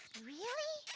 really?